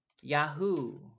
Yahoo